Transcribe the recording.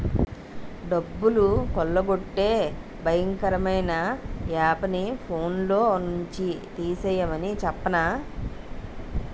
డబ్బులు కొల్లగొట్టే భయంకరమైన యాపుని ఫోన్లో నుండి తీసిమని చెప్పేనా